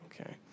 Okay